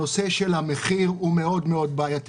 שם המחיר בעייתי מאוד.